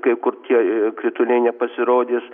kai kur tie krituliai nepasirodys